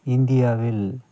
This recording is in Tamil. இந்தியாவில்